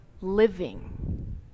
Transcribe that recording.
living